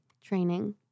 training